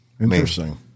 Interesting